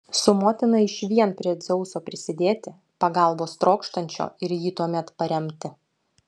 su motina išvien prie dzeuso prisidėti pagalbos trokštančio ir jį tuomet paremti